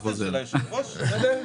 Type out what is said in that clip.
עמותות לוועדת הכספים: